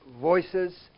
voices